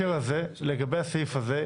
לגבי הסעיף הזה,